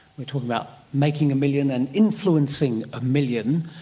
we're talking about making a million and influencing a million.